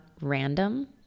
random